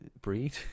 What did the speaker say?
breed